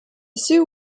sue